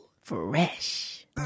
fresh